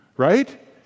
Right